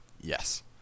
Yes